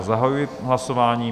Zahajuji hlasování.